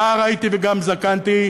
נער הייתי וגם זקנתי,